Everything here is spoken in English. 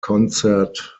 concert